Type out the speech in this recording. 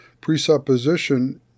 presupposition